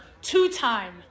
two-time